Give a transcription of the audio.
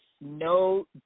no